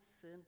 sin